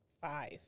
five